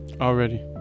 already